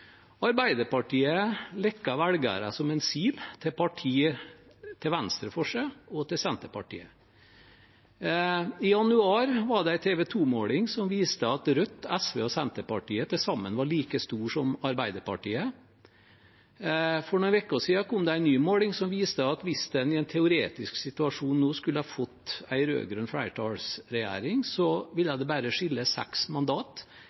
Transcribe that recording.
Arbeiderpartiet lekker velgere som en sil til partier til venstre for seg og til Senterpartiet. I januar var det en TV 2-måling som viste at Rødt, SV og Senterpartiet til sammen var like store som Arbeiderpartiet. For noen uker siden kom det en ny måling som viste at hvis en i en teoretisk situasjon nå skulle ha fått en rød-grønn flertallsregjering, ville det bare skille seks mandat